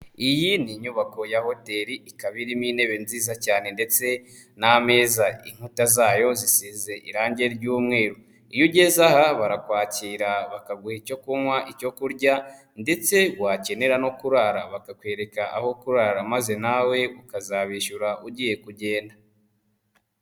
Iyi ni inyubako ya hoteri ikaba irimo intebe nziza cyane ndetse n'ameza, inkuta zayo zisize irangi ry'umweru, iyo ugeze aha barakwakira bakaguha icyo kunywa, icyo kurya ndetse wakenera no kurara bakakwereka aho kurara maze nawe ukazabishyura ugiye kugenda.